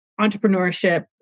entrepreneurship